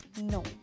No